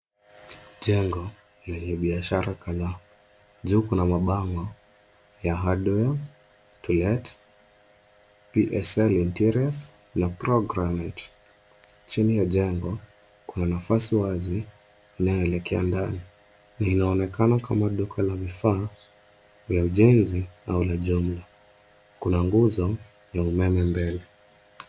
Jengo lenye biashara kadhaa. Juu kuna mabango ya (cs)hardware(cs), (cs)to let(cs), (cs)PSE interiors(cs), na (cs)pro granite(cs).Chini ya jengo kuna nafasi wazi inayoelekea ndani na inaonekana kama duka la vifaa vya ujenzi au la jumla. Kuna nguzo ya umeme mbele.